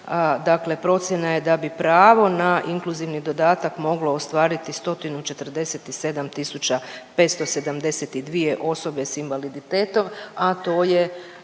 dakle procjena je da bi pravo na inkluzivni dodatak moglo ostvariti 147572 osobe sa invaliditetom, a to je